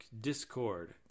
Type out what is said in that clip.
Discord